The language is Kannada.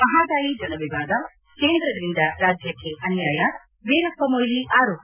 ಮಹಾದಾಯಿ ಜಲ ವಿವಾದ ಕೇಂದ್ರದಿಂದ ರಾಜ್ಟಕ್ಕೆ ಅನ್ವಾಯ ವೀರಪ್ಪಮೊಯ್ಲಿ ಆರೋಪ